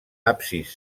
absis